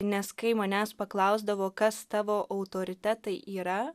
nes kai manęs paklausdavo kas tavo autoritetai yra